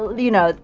you know,